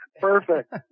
Perfect